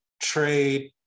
trade